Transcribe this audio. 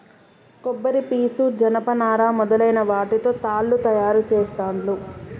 కొబ్బరి పీసు జనప నారా మొదలైన వాటితో తాళ్లు తయారు చేస్తాండ్లు